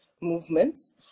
movements